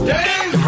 Dave